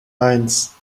eins